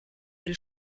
elle